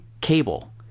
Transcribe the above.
cable